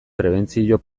prebentzio